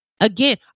Again